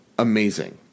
amazing